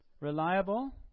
Reliable